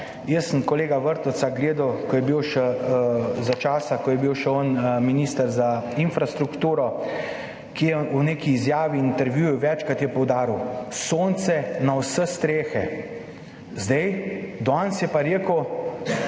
Jaz sem kolega Vrtovca gledal za časa, ko je bil še minister za infrastrukturo, ko je v neki izjavi, intervjuju, večkrat poudaril, sonce na vse strehe. Zdaj, danes, pa je rekel,